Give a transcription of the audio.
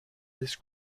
this